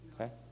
okay